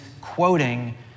quoting